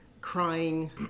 crying